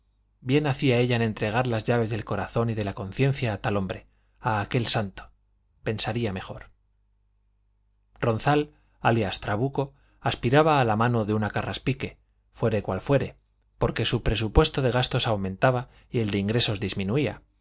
bien hacía ella en entregar las llaves del corazón y de la conciencia a tal hombre a aquel santo pensaría mejor ronzal alias trabuco aspiraba a la mano de una carraspique fuere cual fuere porque su presupuesto de gastos aumentaba y el de ingresos disminuía